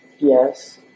Yes